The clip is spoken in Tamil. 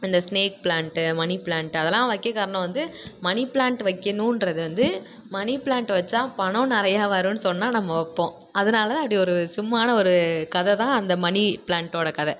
இந்த ஸ்னேக் ப்ளாண்ட்டு மணி ப்ளாண்ட்டு அதெல்லாம் வைக்க காரணம் வந்து மணி ப்ளாண்ட் வைக்கணுன்றது வந்து மணி ப்ளாண்ட் வைச்சா பணம் நிறைய வரும்ன்னு சொன்னால் நம்ம வைப்போம் அதனால் அப்படி ஒரு சும்மா ஒரு கதை தான் அந்த மணி ப்ளாண்ட்டோட கதை